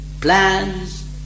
plans